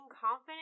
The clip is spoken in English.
confident